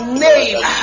name